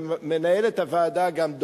ומנהלת הוועדה גם,